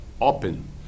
open